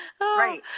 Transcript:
Right